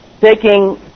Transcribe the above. taking